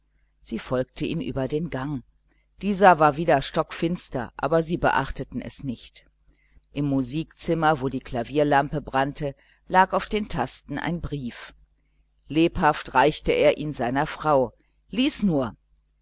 sie folgte ihm über den gang dieser war wieder stockfinster aber sie beachteten es nicht im musikzimmer wo die klavierlampe brannte lag auf den tasten ein brief lebhaft reichte er ihn seiner frau lies lies nur